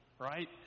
right